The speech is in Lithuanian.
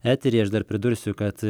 eteryje aš dar pridursiu kad